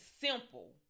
simple